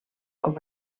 com